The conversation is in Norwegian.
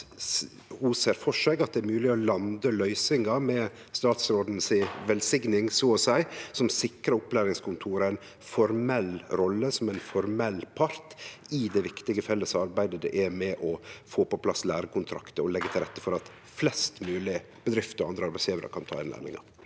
ho ser for seg at det er mogleg å lande løysingar – med statsråden si velsigning, så å seie – som sikrar opplæringskontora ei rolle som ein formell part i det viktige felles arbeidet det er å få på plass lærekontraktar og leggje til rette for at flest mogleg bedrifter og andre arbeidsgjevarar kan ta inn lærlingar.